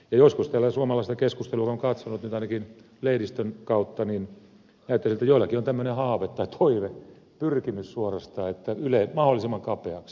joskus tätä suomalaista keskustelua kun on katsonut ainakin lehdistön kautta niin ajattelisi että joillakin on tämmöinen haave tai toive pyrkimys suorastaan että yle mahdollisimman kapeaksi